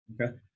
okay